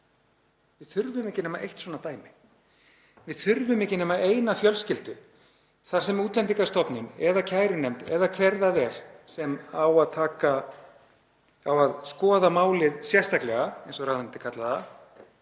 Við þurfum ekki nema eitt svona dæmi. Við þurfum ekki nema eina fjölskyldu þar sem Útlendingastofnun eða kærunefnd eða hver það er sem á að skoða málið sérstaklega, eins og ráðuneytið kallaði það,